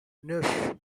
neuf